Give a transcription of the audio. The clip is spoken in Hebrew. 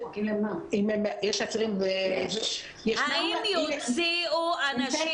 אם יש עצירים --- האם יוציאו אנשים